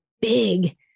big